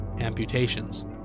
amputations